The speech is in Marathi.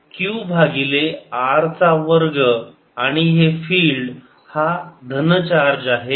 तर q भागिले r चा वर्ग आणि हे फिल्ड हा धन चार्ज आहे